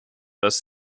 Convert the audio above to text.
was